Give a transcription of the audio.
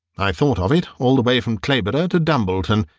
i thought of it all the way from clayborough to dumbleton,